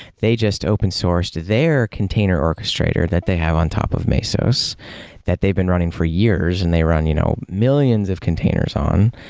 they just open sourced their container orchestrator that they have on top of mesos that they been running for years, and they run you know millions of containers on.